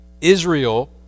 Israel